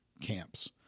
camps